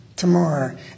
Tomorrow